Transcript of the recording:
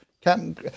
Captain